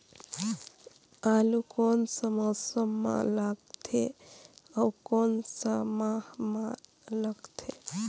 आलू कोन सा मौसम मां लगथे अउ कोन सा माह मां लगथे?